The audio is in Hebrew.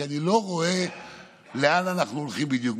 כי אני לא רואה לאן אנחנו הולכים בדיוק.